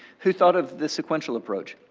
who thought of the sequential approach?